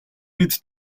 бид